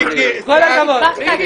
גם כל סיעת